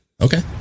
Okay